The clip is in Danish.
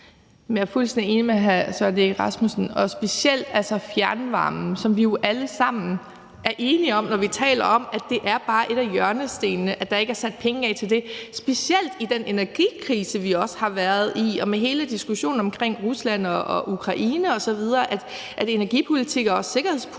enig med hr. Søren Egge Rasmussen og specielt i det med fjernvarmen, som vi jo alle sammen, når vi taler om det, er enige om bare er en af hjørnestenene, og så er der ikke sat penge af til det – specielt i den energikrise, vi også har været i, og med hele diskussionen i forhold til Rusland og Ukraine osv. om, at energipolitik også er sikkerhedspolitik,